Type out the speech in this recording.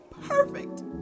perfect